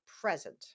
present